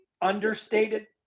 understated